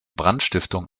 brandstiftung